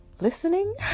listening